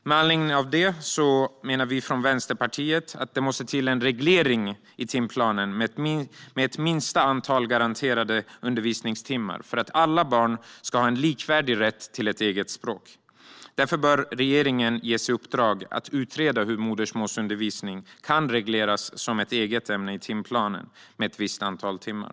Med anledning av detta vill vi i Vänsterpartiet se en reglering i timplanen med ett lägsta antal garanterade undervisningstimmar för att alla barn ska ha en likvärdig rätt till ett eget språk. Regeringen bör därför ges i uppdrag att utreda hur modersmålsundervisningen kan regleras som ett eget ämne i timplanen med ett visst antal timmar.